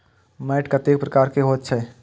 मैंट कतेक प्रकार के होयत छै?